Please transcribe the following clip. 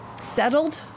settled